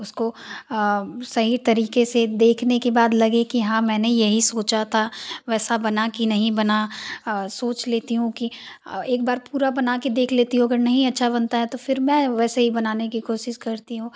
उसको सही तरीके से देखने के बाद लगे कि हाँ मैंने यही सोचा था वैसा बना कि नहीं बना सोच लेती हूँ कि एक बार पूरा बना कर देख लेती हो अगर नहीं अच्छा बनता है तो फ़िर मैं वैसे ही बनाने की कोशिश करती हूँ